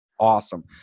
Awesome